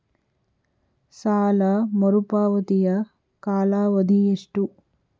ಸಾಲ ಮರುಪಾವತಿಯ ಕಾಲಾವಧಿ ಎಷ್ಟು?